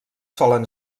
solen